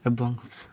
ଏବଂ